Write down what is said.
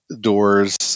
doors